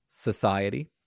Society